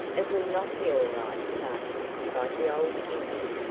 it will not be all right, sahib, cried the old indian.